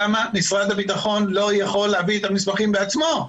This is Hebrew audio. למה משרד הביטחון לא יכול להביא את המסמכים בעצמו?